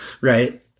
Right